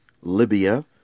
Libya